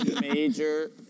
Major